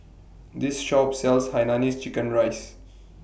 This Shop sells Hainanese Chicken Rice